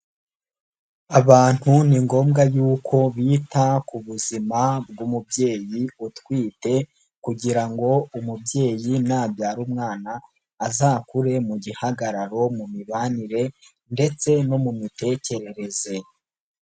Abantu ni ngombwa yuko bita ku buzima bw’umubyeyi utwite, kugira ngo umubyeyi, nabyara umwana, azakure mu gihagararo, mu mibanire, ndetse no mu mitekerereze.